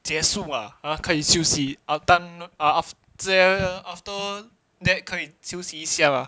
结束 ah 可以休息 aft~ after after that 可以休息一下 ah